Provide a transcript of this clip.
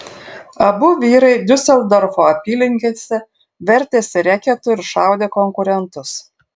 abu vyrai diuseldorfo apylinkėse vertėsi reketu ir šaudė konkurentus